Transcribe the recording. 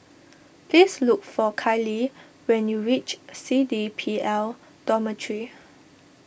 please look for Kailee when you reach C D P L Dormitory